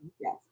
yes